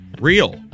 real